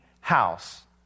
house